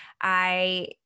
I-